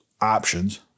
options